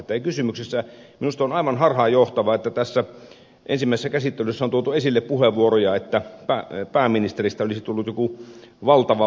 minusta on aivan harhaanjohtavaa että tässä ensimmäisessä käsittelyssä on tuotu esille puheenvuoroja että pääministeristä olisi tullut joku valtava vallankäyttäjä